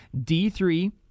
D3